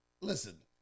listen